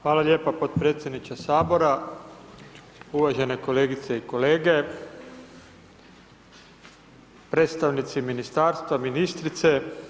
Hvala lijepa podpredsjedniče sabora, uvažene kolegice i kolege, predstavnici ministarstva, ministrice.